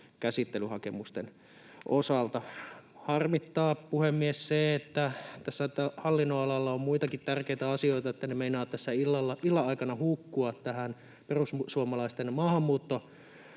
käsittelyhakemusten osalta. Harmittaa, puhemies, se, että vaikka tällä hallinnonalalla on muitakin tärkeitä asioita, ne meinaavat tässä illan aikana hukkua tähän perussuomalaisten maahanmuuttopoliittiseen